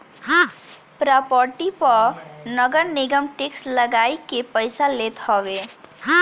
property पअ नगरनिगम tax लगाइ के पईसा लेत हवे